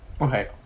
Okay